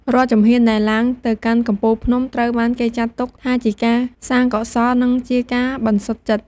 រាល់ជំហានដែលឡើងទៅកាន់កំពូលភ្នំ ត្រូវបានគេចាត់ទុកថាជាការសាងកុសល និងជាការបន្សុទ្ធចិត្ត។